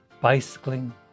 bicycling